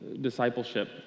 discipleship